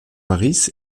harris